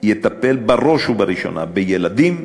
בראש ובראשונה של ילדים,